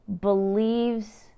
believes